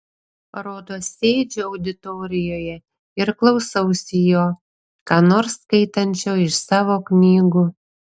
rodos sėdžiu auditorijoje ir klausausi jo ką nors skaitančio iš savo knygų